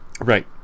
Right